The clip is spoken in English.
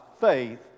faith